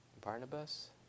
Barnabas